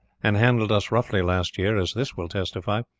and handled us roughly last year, as this will testify,